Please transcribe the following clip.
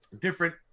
different